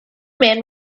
man